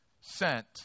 sent